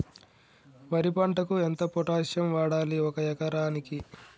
వరి పంటకు ఎంత పొటాషియం వాడాలి ఒక ఎకరానికి?